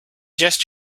just